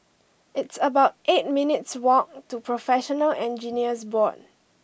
it's about eight minutes' walk to Professional Engineers Board